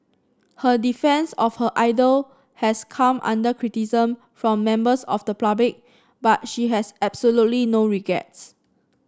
her defence of her idol has come under criticism from members of the public but she has absolutely no regrets